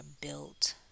built